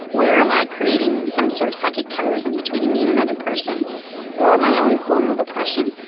where am i creating some sort of psychic terrorism between me and another person or my own form of oppression?